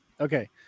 Okay